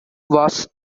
was